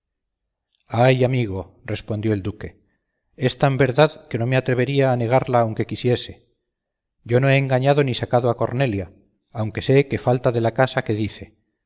ay amigo respondió el duque es tan verdad que no me atrevería a negarla aunque quisiese yo no he engañado ni sacado a cornelia aunque sé que falta de la casa que dice